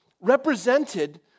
represented